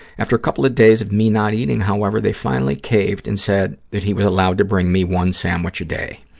after a couple of days of me not eating, however, they finally caved and said that he was allowed to bring me one sandwich a day.